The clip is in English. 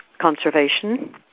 conservation